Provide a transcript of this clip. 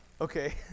Okay